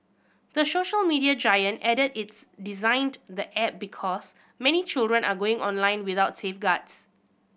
the social media giant added its designed the app because many children are going online without safeguards